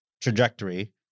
trajectory